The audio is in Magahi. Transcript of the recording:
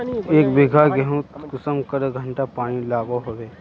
एक बिगहा गेँहूत कुंसम करे घंटा पानी लागोहो होबे?